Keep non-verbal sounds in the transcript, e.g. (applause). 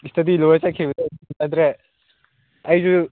study ꯂꯣꯏꯔ ꯆꯠꯈꯤꯕꯗꯒꯤ (unintelligible) ꯎꯅꯗ꯭ꯔꯦ ꯑꯩꯁꯨ